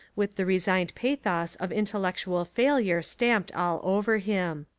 with the resigned pathos of intellectual failure stamped all over him.